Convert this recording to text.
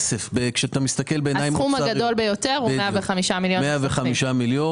הסכום הגדול ביותר הוא 105 מיליון שקל.